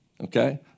Okay